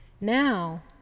Now